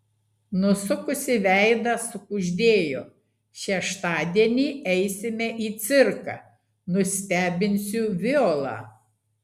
nusukusi veidą sukuždėjo šeštadienį eisime į cirką nustebinsiu violą